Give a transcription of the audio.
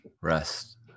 Rest